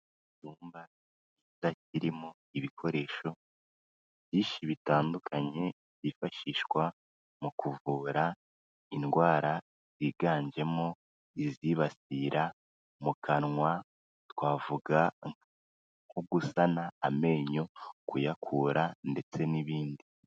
Icyumba kiza kirimo ibikoresho byinshi bitandukanye byifashishwa mu kuvura indwara yiganjemo izibasira mu kanwa twavuga nko gusana amenyo kuyakura ndetse n'ibindi.